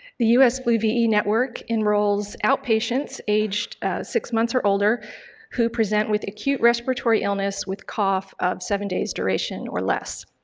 the us flu ve network enrolls outpatients aged six months or older who present with acute respiratory illness with cough of seven days duration or less.